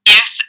Yes